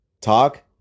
talk